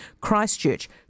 Christchurch